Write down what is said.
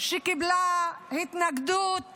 שקיבלה התנגדות